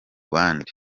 bandi